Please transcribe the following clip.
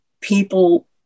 people